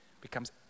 becomes